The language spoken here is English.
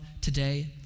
today